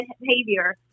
behavior